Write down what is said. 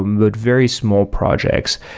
um but very small projects.